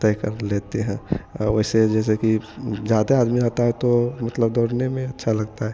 तय कर लेते हैं वैसे जैसे कि ज़्यादा आदमी रहता है तो मतलब दौड़ने में अच्छा लगता है